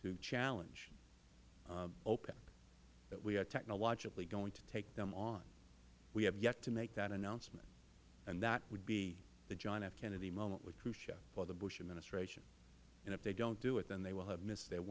to challenge opec that we are technologically going to take them on we have yet to make that announcement and that would be the john f kennedy moment with khrushchev for the bush administration and if they don't do it then they will have missed th